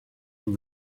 from